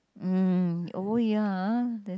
mm oh ya ah